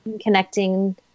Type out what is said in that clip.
connecting